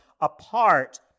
apart